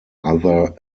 other